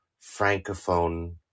Francophone